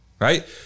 Right